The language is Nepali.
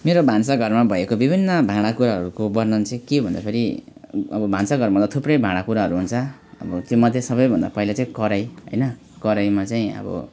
मेरो भान्साघरमा भएको विभिन्न भाँडा कुँडाहरूको वर्णन चाहिँ के भन्दा फेरि अब भान्साघरमा त थुप्रै भाँडा कुँडाहरू हुन्छ अब त्यो मध्ये सबभन्दा पहिला चाहिँ कराही होइन कराहीमा चाहिँ अब